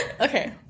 Okay